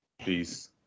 peace